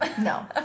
No